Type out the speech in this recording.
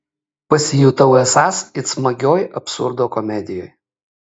pasijutau esąs it smagioj absurdo komedijoj